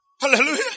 Hallelujah